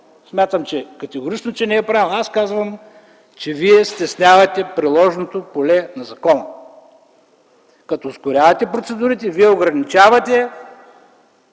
или не. Категорично смятам, че не е правилно. Казвам, че вие стеснявате приложното поле на закона. Като ускорявате процедурите, ограничавате